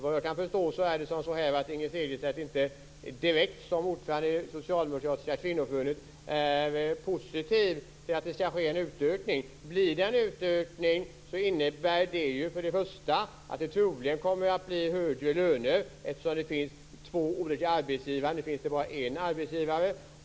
Vad jag kan förstå är det inte så att Inger Segelstedt, som ordförande i det socialdemokratiska kvinnoförbundet, är positiv till att det skall ske en utökning. Om det blir en utökning innebär det för det första att det troligen kommer att bli högre löner eftersom det finns två olika arbetsgivare. Nu finns det bara en arbetsgivare.